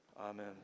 Amen